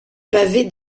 pavées